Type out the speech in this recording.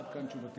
עד כאן תשובתי.